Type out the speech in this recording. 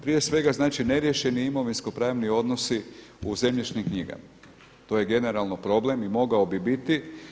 Prije svega znači neriješeni imovinskopravni odnosi u zemljišnim knjigama, to je generalno problem i mogao bi biti.